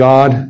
God